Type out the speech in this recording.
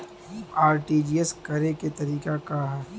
RTGS करे के तरीका का हैं?